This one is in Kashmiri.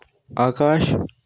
آکاش